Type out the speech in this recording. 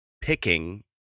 picking